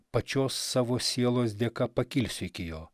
pačios savo sielos dėka pakilsiu iki jo